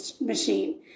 machine